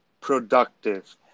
productive